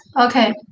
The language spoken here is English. Okay